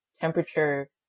temperature